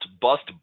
bust